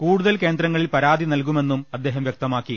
കൂടുതൽ കേന്ദ്രങ്ങളിൽ പരാതി നൽകുമെന്നും അദ്ദേഹം വൃക്തമാക്കി